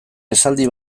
esaldi